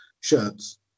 shirts